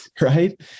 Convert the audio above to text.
Right